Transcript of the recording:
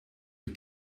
her